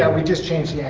ah we just changed yeah